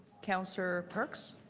councillor parks?